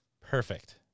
perfect